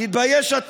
תתבייש.